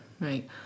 right